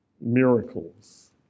miracles